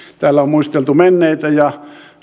täällä on muisteltu menneitä ja